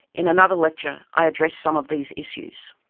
in another lecture, i address some of these issues.